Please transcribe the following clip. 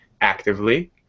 actively